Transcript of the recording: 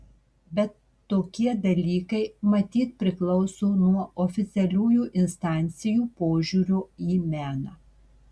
bet tokie dalykai matyt priklauso nuo oficialiųjų instancijų požiūrio į meną